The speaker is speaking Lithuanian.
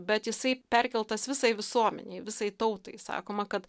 bet jisai perkeltas visai visuomenei visai tautai sakoma kad